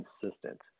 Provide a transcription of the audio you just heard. consistent